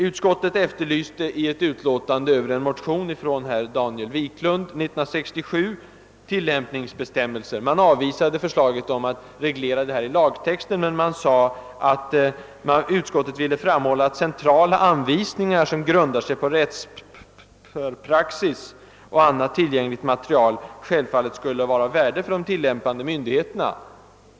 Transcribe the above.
Utskottet efterlyste i ett utlåtande över en motion av herr Daniel Wiklund år 1967 tillämpningsbestämmelser. Man avvisade förslaget om att reglera detta i lagtext, men utskottet framhöll att centrala anvisningar som grundar sig på rättspraxis och annat tillgängligt material självfallet skulle vara av värde för de tillämpande myndigheterna.